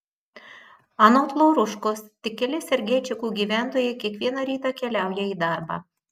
anot lauruškos tik keli sergeičikų gyventojai kiekvieną rytą keliauja į darbą